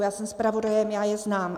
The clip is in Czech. Já jsem zpravodaj, já je znám.